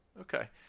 okay